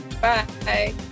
Bye